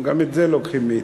גם את זה לוקחים מאתנו.